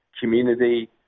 community